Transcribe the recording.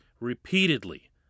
repeatedly